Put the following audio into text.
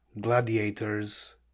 gladiators